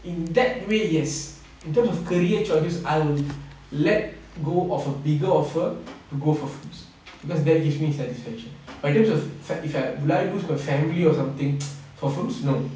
in that way yes in terms of career choices I will let go of a bigger offer to go for films because that gives me satisfaction but in terms of if I if I will I lose my family or something for films no